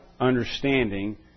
understanding